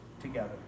together